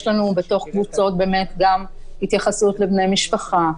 בתוך קבוצות יש לנו התייחסות גם לבני משפחה,